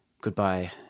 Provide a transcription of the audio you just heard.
Goodbye